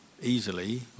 easily